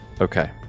okay